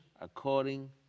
according